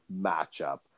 matchup